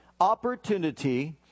opportunity